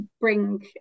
bring